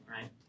right